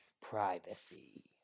Privacy